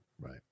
right